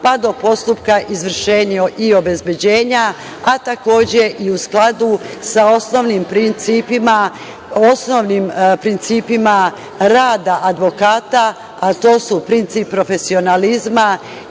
pa do postupka izvršenja i obezbeđenja, a takođe i u skladu sa osnovnim principima rada advokata, a to su princip profesionalizma